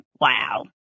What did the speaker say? wow